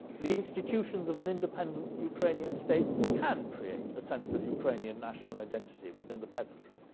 the institutions of an independent ukrainian state can create a sense of ukrainian national identity within the peasantry,